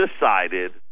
decided